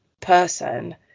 person